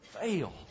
fail